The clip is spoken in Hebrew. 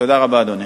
תודה רבה, אדוני.